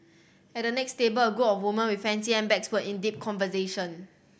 at the next table a group of woman with fancy handbags were in deep conversation